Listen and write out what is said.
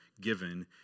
given